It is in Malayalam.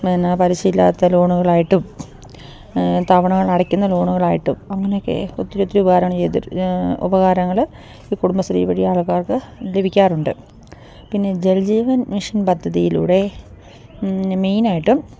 എന്താണ് പലിശയില്ലാത്ത ലോണുകളായിട്ടും തവണകളടയ്ക്കുന്ന ലോണുകളായിട്ടും അങ്ങനെയൊക്കെ ഒത്തിരി ഒത്തിരി ഉപകാരങ്ങള് ഈ കുടുംബശ്രീ വഴി ആൾക്കാർക്ക് ലഭിക്കാറുണ്ട് പിന്നെ ജൽജീവൻ മിഷൻ പദ്ധതിയിലൂടെ മെയ്നായിട്ടും